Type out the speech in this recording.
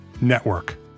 Network